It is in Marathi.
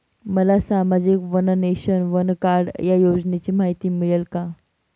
मला सामाजिक वन नेशन, वन कार्ड या योजनेची माहिती मिळेल का?